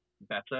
better